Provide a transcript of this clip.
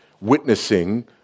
witnessing